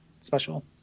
special